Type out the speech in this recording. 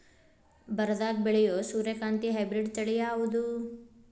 ಬರದಾಗ ಬೆಳೆಯೋ ಸೂರ್ಯಕಾಂತಿ ಹೈಬ್ರಿಡ್ ತಳಿ ಯಾವುದು?